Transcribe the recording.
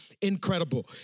incredible